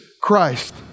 Christ